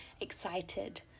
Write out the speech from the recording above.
excited